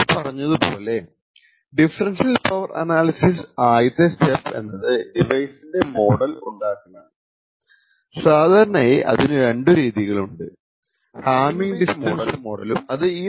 നമ്മൾ പറഞ്ഞത് പോലെ ഡിഫ്റൻഷ്യൽ പവർ അനാലിസിസ് ആദ്യത്തെ സ്റ്റെപ് എന്നത് ഡിവൈസിന്റെ മോഡൽ ഉണ്ടാക്കലാണ് സാധാരണയായി അതിനു രണ്ടു രീതികൾ ഉണ്ട് ഹാമ്മിങ് ഡിസ്റ്റൻസ് മോഡലും ഹമ്മിങ് വെയിറ്റ് മോഡലും